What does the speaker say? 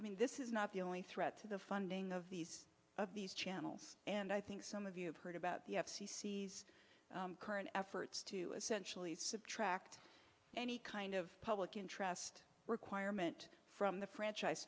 i mean this is not the only threat to the funding of these of these channels and i think some of you have heard about the f c c current efforts to essentially subtract any kind of public interest requirement from the franchise